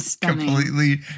completely